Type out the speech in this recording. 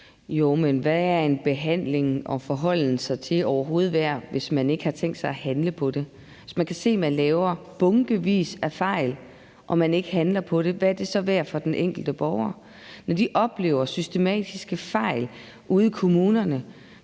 (SF): Hvad er en behandling og forholden sig til overhovedet værd, hvis man ikke har tænkt sig at handle på det? Hvis man kan se, man laver bunkevis af fejl, og man ikke handler på det, hvad er det så værd for den enkelte borger? Når de oplever systematiske fejl ude i kommunerne,